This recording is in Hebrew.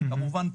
כמובן,